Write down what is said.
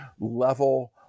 level